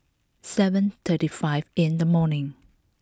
seven thirty five in the morning